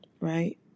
right